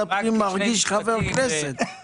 טכנולוגיה פיננסית יודעת לפתור את הדברים האלה בקליק